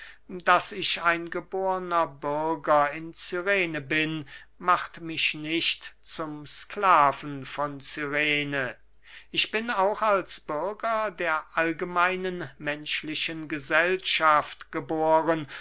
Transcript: daß ich ein gebornen bürger in cyrene bin macht mich nicht zum sklaven von cyrene ich bin auch als bürger der allgemeinen menschlichen gesellschaft geboren